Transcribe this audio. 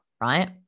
right